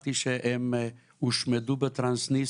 ידעתי שהם הושמדו בטרנסניסטריה,